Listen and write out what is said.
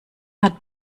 hat